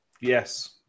Yes